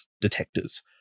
detectors